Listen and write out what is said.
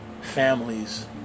families